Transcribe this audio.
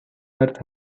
earth